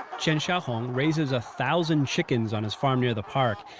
chen xiaohong raises a thousand chickens on his farm near the park.